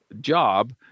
job